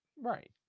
Right